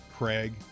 Craig